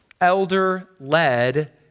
Elder-led